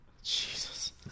Jesus